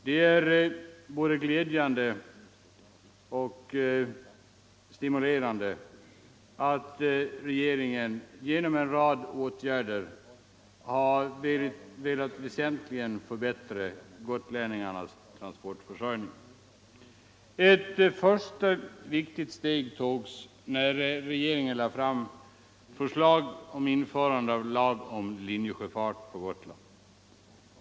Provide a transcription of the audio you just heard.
Det är både glädjande och stimulerande att regeringen genom en rad åtgärder har velat väsentligt förbättra gotlänningarnas trafikförsörjning. Ett första viktigt steg togs när regeringen lade fram förslag om införande av lag angående linjesjöfart på Gotland.